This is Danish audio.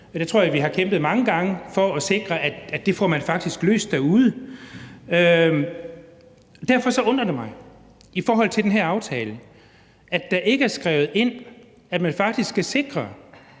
Det tror jeg vi har kæmpet mange gange for at sikre at man faktisk får løst derude. Derfor undrer det mig i forhold til den her aftale, at der ikke er skrevet ind, at man faktisk skal sikre